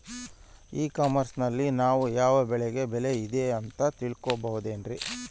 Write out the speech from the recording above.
E commerce ನಲ್ಲಿ ನಾವು ಯಾವ ಬೆಳೆಗೆ ಬೆಲೆ ಇದೆ ಅಂತ ತಿಳ್ಕೋ ಬಹುದೇನ್ರಿ?